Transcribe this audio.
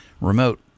remote